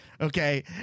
Okay